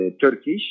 Turkish